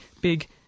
big